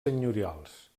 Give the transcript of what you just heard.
senyorials